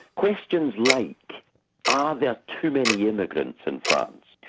questions like are there too many immigrants in france?